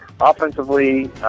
Offensively